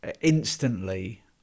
instantly